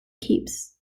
keeps